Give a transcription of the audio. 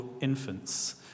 infants